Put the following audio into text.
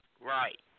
Right